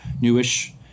newish